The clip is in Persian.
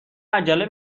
عجله